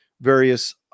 various